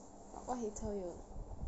but what he told you